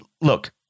look